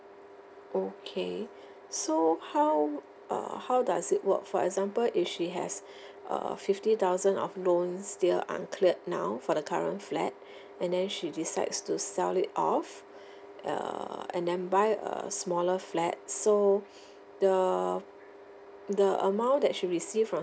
okay so how uh how does it work for example if she has a fifty thousand of loans still uncleared now for the current flat and then she decides to sell it off err and then buy a smaller flat so the the amount that she receive from